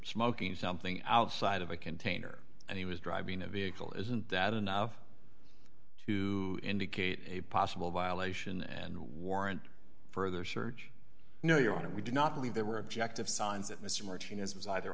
smoking something outside of a container and he was driving a vehicle isn't that enough to indicate a possible violation and warrant further search you know your honor we do not believe there were objective signs that mr martinez was either